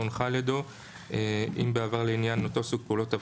הונחה על ידו בעבר לעניין אותו סוג פעולות אבטחה,